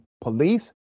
Police